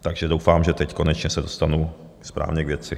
Takže doufám, že teď konečně se dostanu správně k věci.